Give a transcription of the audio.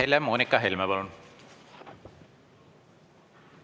Helle-Moonika Helme, palun!